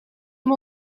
hem